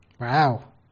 wow